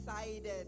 excited